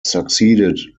succeeded